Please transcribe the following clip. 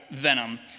Venom